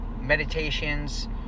Meditations